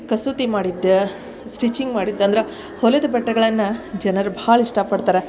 ಕಸೂತಿ ಮಾಡಿದ್ದು ಸ್ಟಿಚಿಂಗ್ ಮಾಡಿದ್ದು ಅಂದ್ರೆ ಹೊಲಿದ ಬಟ್ಟೆಗಳನ್ನು ಜನರು ಭಾಳ ಇಷ್ಟಪಡ್ತಾರೆ